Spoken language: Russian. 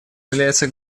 является